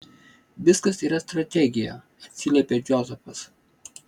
viskas yra strategija atsiliepia džozefas